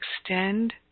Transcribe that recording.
extend